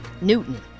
Newton